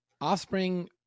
Offspring